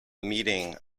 meeting